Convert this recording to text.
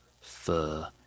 fur